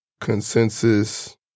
consensus